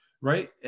right